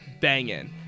banging